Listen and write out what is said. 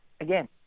again